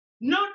No